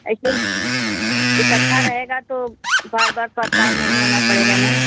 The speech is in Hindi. आई थिंक इकट्ठा रहेगा तो बार बार परेशान नहीं होना पड़ेगा ना